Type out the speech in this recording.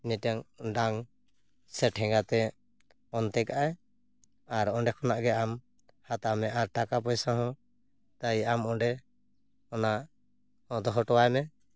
ᱢᱤᱫᱴᱟᱝ ᱰᱟᱝ ᱥᱮ ᱴᱷᱮᱸᱜᱟ ᱛᱮ ᱚᱱᱛᱮ ᱠᱟᱜᱼᱟᱭ ᱟᱨ ᱚᱸᱰᱮ ᱠᱷᱚᱱᱟᱜ ᱜᱮ ᱟᱢ ᱦᱟᱛᱟᱣ ᱢᱮ ᱟᱨ ᱴᱟᱠᱟ ᱯᱚᱭᱥᱟ ᱦᱚᱸ ᱛᱟᱭ ᱟᱢ ᱚᱸᱰᱮ ᱚᱱᱟ ᱫᱚᱦᱚᱴᱚᱣᱟᱭ ᱢᱮ